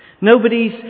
Nobody's